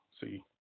see